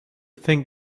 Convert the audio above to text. think